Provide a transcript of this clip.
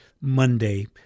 Monday